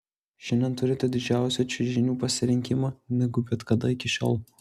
šiandien turite didžiausią čiužinių pasirinkimą negu bet kada iki šiol